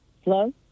hello